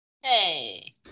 Hey